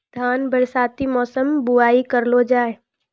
धान बरसाती मौसम बुवाई करलो जा?